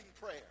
prayer